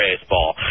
baseball